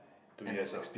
two years ah